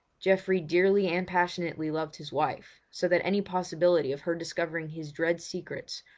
geoffrey dearly and passionately loved his wife, so that any possibility of her discovering his dread secrets,